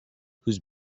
whose